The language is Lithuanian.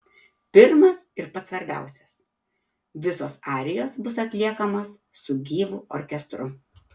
pirmas ir pats svarbiausias visos arijos bus atliekamos su gyvu orkestru